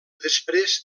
després